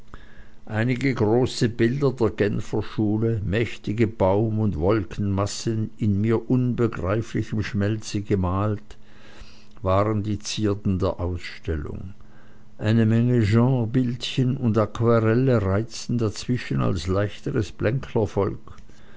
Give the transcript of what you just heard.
einige große bilder der genfer schule mächtige baum und wolkenmassen in mir unbegreiflichem schmelze gemalt waren die zierden der ausstellung eine menge genrebildchen und aquarellen reizten dazwischen als leichtes